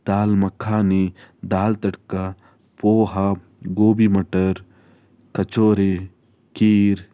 ದಾಲ್ makhani dal tadka poha gobi matar kachori kheer